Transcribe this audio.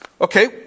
Okay